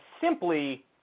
simply